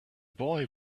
boy